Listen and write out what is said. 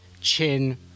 Chin